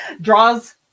draws